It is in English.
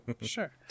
sure